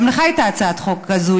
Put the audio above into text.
גם לך הייתה הצעת חוק כזו,